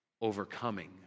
overcoming